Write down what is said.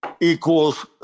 equals